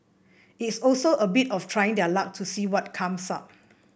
it's also a bit of trying their luck to see what comes up